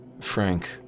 Frank